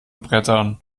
brettern